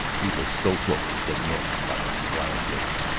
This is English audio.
he was so close that norton caught his cry of rage.